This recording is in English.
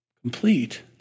Complete